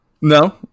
No